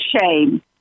shame